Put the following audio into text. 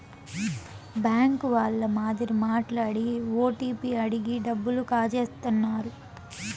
bank వాళ్ళ మాదిరి మాట్లాడి ఓటీపీ అడిగి డబ్బులు కాజేత్తన్నారు